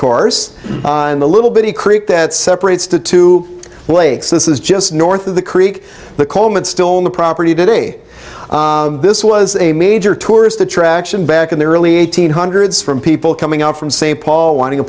course on the little bitty creek that separates the two lakes this is just north of the creek the coleman still in the property today this was a major tourist attraction back in the early eighteen hundreds from people coming out from st paul